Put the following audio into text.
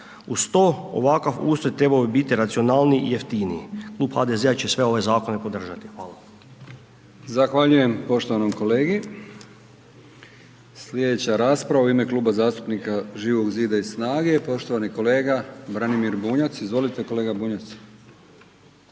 ne razumije./… bi trebao biti racionalniji i jeftiniji. Klub HDZ-a će sve ove zakone podržati. Hvala. **Brkić, Milijan (HDZ)** Zahvaljujem poštovanom kolegi, sljedeća raspravu ime Kluba zastupnika Živog zida i SNAGA-e, poštovani kolega Branimir Bunjac, izvolite, kolega Bunjac.